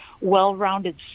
well-rounded